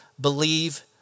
believe